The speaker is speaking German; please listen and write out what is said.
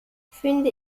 finde